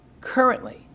currently